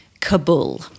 Kabul